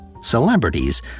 Celebrities